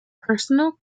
personal